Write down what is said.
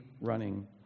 running